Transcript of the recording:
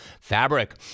Fabric